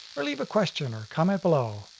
or leave a question or comment below.